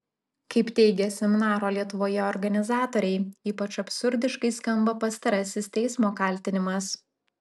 kaip teigė seminaro lietuvoje organizatoriai ypač absurdiškai skamba pastarasis teismo kaltinimas